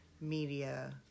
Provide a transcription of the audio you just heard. media